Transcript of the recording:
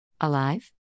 Alive